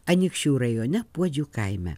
anykščių rajone puodžių kaime